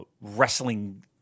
wrestling